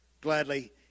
gladly